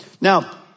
Now